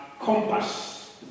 compass